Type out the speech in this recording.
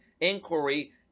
inquiry